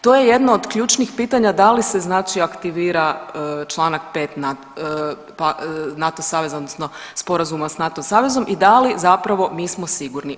To je jedno od ključnih pitanja da li se znači aktivira Članak 5. NATO saveza odnosno sporazuma s NATO savezom i da li zapravo mi smo sigurni?